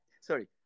sorry